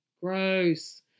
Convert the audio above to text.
Gross